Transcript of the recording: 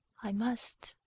i must.